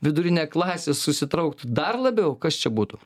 vidurinė klasė susitrauktų dar labiau kas čia būtų